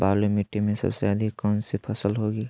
बालू मिट्टी में सबसे अधिक कौन सी फसल होगी?